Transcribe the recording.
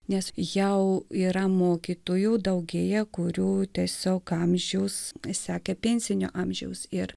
nes jau yra mokytojų daugėja kurių tiesiog amžiaus sekė pensinio amžiaus ir